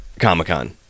comic-con